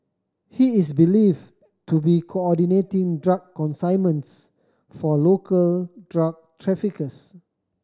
he is believed to be coordinating drug consignments for local drug traffickers